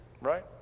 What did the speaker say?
right